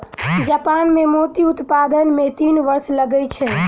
Japan मे मोती उत्पादन मे तीन वर्ष लगै छै